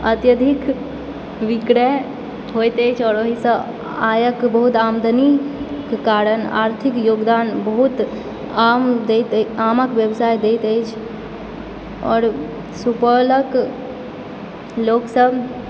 अत्यधिक विक्रय होइत अछि आओर ओहिसॅं आयके बहुत आमदनी के कारण आर्थिक योगदान बहुत आम दैत आमक व्यवसाय दैत अछि आओर सुपौलक लोक सब